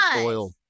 oil